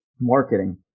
marketing